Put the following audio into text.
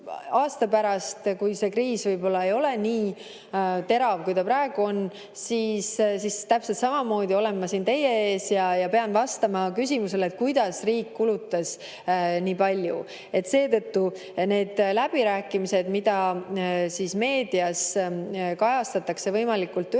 aasta pärast, kui see kriis võib-olla ei ole nii terav, kui ta praegu on, olen ma täpselt samamoodi siin teie ees ja pean vastama küsimusele, miks riik kulutas nii palju. Seetõttu need läbirääkimised, mida meedias kajastatakse võimalikult ühepoolselt